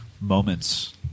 moments